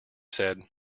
said